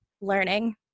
learning